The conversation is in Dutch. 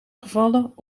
gevallen